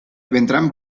vendrán